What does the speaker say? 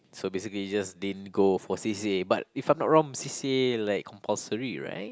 so basically just didn't go for c_c_a but if I'm not wrong c_c_a like compulsory right